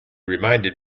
reminded